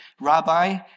rabbi